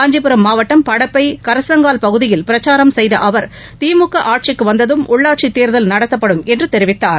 காஞ்சிபுரம் மாவட்டம் படப்பை கரசங்கால் பகுதியில் பிரச்சாரம் செய்த அவர் திமுக ஆட்சிக்கு வந்ததும் உள்ளாட்சித்தேர்தல் நடத்தப்படும் என்று தெரிவித்தார்